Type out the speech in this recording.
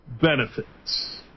benefits